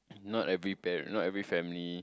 not every parent not every family